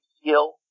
skill